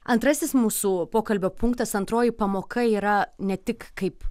antrasis mūsų pokalbio punktas antroji pamoka yra ne tik kaip